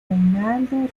reinaldo